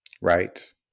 Right